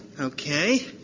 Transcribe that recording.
Okay